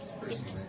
personally